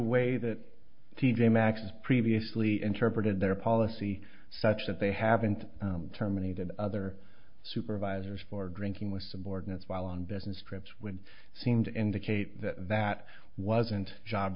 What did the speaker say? way that t j maxx previously interpreted their policy such that they haven't terminated other supervisors for drinking with subordinates while on business trips when it seemed to indicate that that wasn't job